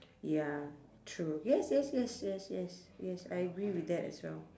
ya true yes yes yes yes yes yes I agree with that as well